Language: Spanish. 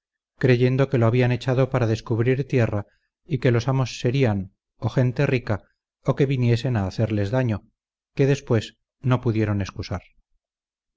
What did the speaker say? creyendo que lo habían echado para descubrir tierra y que los amos serían o gente rica o que viniesen a hacerles daño que después no pudieron excusar